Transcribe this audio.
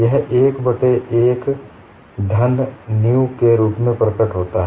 यह 1 बट्टे 1 धन न्यु के रूप में प्रकट होता है